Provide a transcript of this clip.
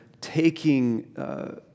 taking